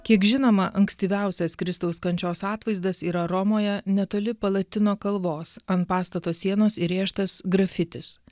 kiek žinoma ankstyviausias kristaus kančios atvaizdas yra romoje netoli palatino kalvos ant pastato sienos įrėžtas grafitis